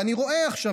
ואני רואה עכשיו,